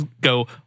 go